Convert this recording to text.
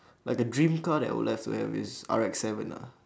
like the dream car that I would like to have is R_X seven ah